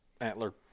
antler